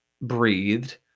breathed